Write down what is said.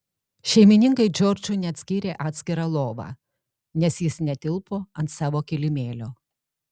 šeimininkai džordžui net skyrė atskirą lovą nes jis netilpo ant savo kilimėlio